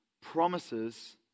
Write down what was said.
promises